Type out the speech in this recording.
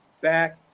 back